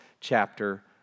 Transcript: chapter